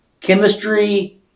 Chemistry